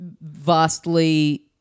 vastly